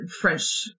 French